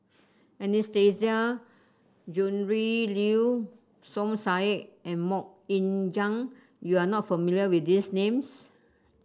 Anastasia Tjendri Liew Som Said and MoK Ying Jang you are not familiar with these names